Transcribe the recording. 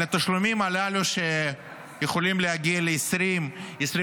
על התשלומים הללו, שיכולים להגיע ל-20%, 25%,